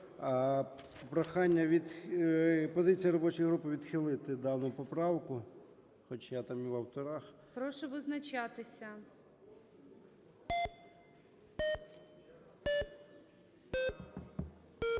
Прохання... позиція робочої групи відхилити дану поправку, хоч я там і в авторах. ГОЛОВУЮЧИЙ. Прошу визначатися.